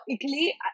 Italy